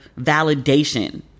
validation